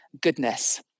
goodness